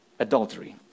Adultery